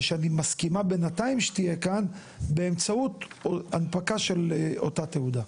ושאני מסכימה בינתיים שתהייה כאן באמצעות הנפקה של אותה תעודה.